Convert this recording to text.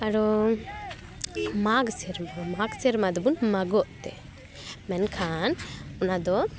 ᱟᱨᱚ ᱢᱟᱜᱽ ᱥᱮᱨᱢᱟ ᱢᱟᱜᱽ ᱥᱮᱨᱢᱟ ᱫᱚᱵᱚᱱ ᱢᱟᱜᱚᱜ ᱛᱮ ᱢᱮᱱᱠᱷᱟᱱ ᱚᱱᱟ ᱫᱚ